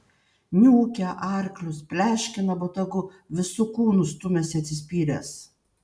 niūkia arklius pleškina botagu visu kūnu stumiasi atsispyręs